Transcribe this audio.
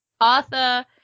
Arthur